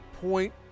point